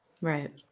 Right